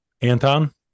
Anton